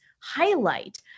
highlight